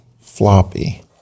floppy